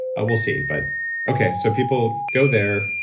i will see. but okay, so people go there.